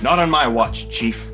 not on my watch chief